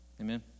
Amen